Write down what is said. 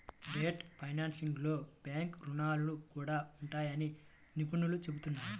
debt ఫైనాన్సింగ్లో bank రుణాలు కూడా ఉంటాయని నిపుణులు చెబుతున్నారు